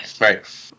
right